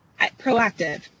Proactive